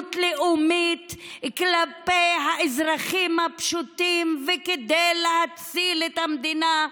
אחריות לאומית כלפי האזרחים הפשוטים וכדי להציל את המדינה.